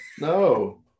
No